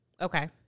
Okay